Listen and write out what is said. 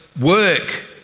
work